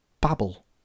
babble